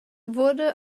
wurde